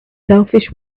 selfish